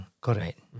correct